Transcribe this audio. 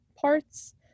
parts